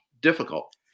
difficult